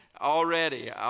already